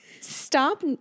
stop